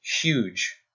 huge